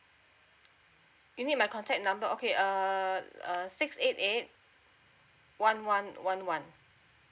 you need my contact number okay uh uh six eight eight one one one one